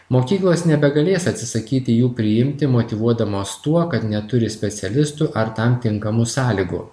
mokyklos nebegalės atsisakyti jų priimti motyvuodamos tuo kad neturi specialistų ar tam tinkamų sąlygų